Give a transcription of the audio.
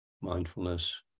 Mindfulness